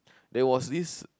there was this